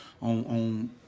on